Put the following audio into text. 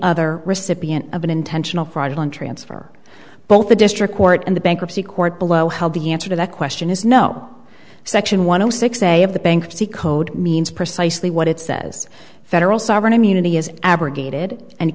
other recipient of an intentional fraud on transfer both the district court and the bankruptcy court below how the answer to that question is no section one hundred six a of the bankruptcy code means precisely what it says federal sovereign immunity is abrogated and